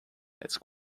that’s